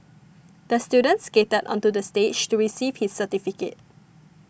the student skated onto the stage to receive his certificate